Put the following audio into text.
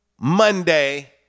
Monday